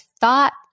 thought